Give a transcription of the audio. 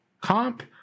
comp